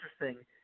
interesting